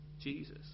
Jesus